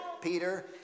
Peter